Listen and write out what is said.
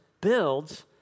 builds